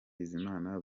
bizimana